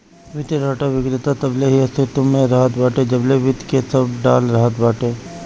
वित्तीय डाटा विक्रेता तबले ही अस्तित्व में रहत बाटे जबले वित्त के सब डाला रहत बाटे